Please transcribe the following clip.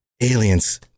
Aliens